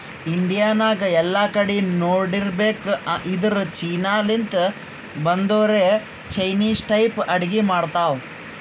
India ನಾಗ್ ಎಲ್ಲಾ ಕಡಿ ನೋಡಿರ್ಬೇಕ್ ಇದ್ದೂರ್ ಚೀನಾ ಲಿಂತ್ ಬಂದೊರೆ ಚೈನಿಸ್ ಟೈಪ್ ಅಡ್ಗಿ ಮಾಡ್ತಾವ್